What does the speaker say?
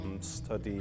study